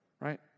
right